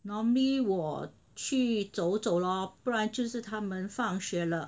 normally 我去走走咯不然就是他们放学了